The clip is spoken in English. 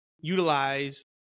utilize